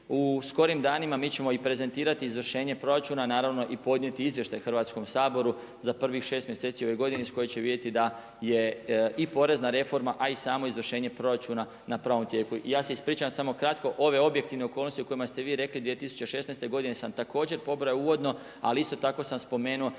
U skorim danima mi ćemo i prezentirati izvršenje proračuna a naravno i podnijeti izvještaj Hrvatskom saboru za prvih 6 mjeseci ove godine iz kojih će se vidjeti da je i porezna reforma a i samo izvršenje proračuna na pravom tijeku. I ja se ispričavam, samo kratko, ove objektivne okolnosti o kojima ste vi rekli 2016. godine sam također pobrojao uvodno ali isto tako sam spomenuo